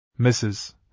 Mrs